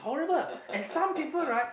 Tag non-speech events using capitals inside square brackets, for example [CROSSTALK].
[LAUGHS]